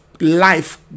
life